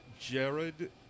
Jared